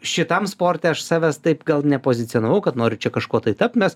šitam sporte aš savęs taip gal nepozicionavau kad noriu čia kažkuo tai taip mes